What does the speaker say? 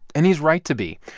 and he's right to be.